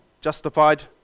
Justified